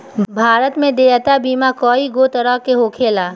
भारत में देयता बीमा कइगो तरह के होखेला